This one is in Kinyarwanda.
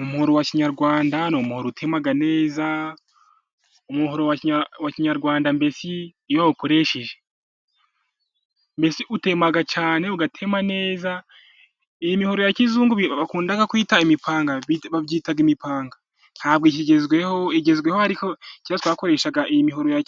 Umuhoro wa kinyarwanda ni umuhoro utema neza, umuhoro wa kinyarwanda mbese iyo wawukoresheje, mbese utema cyane agatema neza, iyi mihoro ya kizungu bakunda kwita imipanga, babyitaga imipanga ntabwo ikigezweho, igezweho ariko kera twakoreshaga iyi mihoro ya